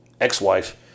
ex-wife